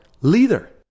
leader